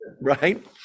right